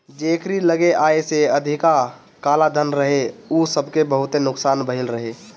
जेकरी लगे आय से अधिका कालाधन रहे उ सबके बहुते नुकसान भयल रहे